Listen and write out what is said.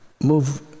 move